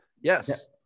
Yes